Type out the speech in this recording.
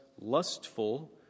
lustful